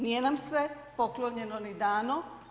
Nije nam sve poklonjeno ni dano.